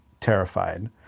terrified